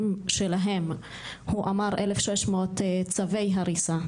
אמר 1,600 צווי הריסה,